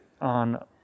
on